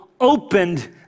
opened